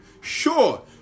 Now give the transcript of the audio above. Sure